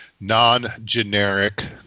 non-generic